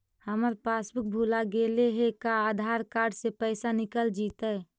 हमर पासबुक भुला गेले हे का आधार कार्ड से पैसा निकल जितै?